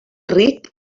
ric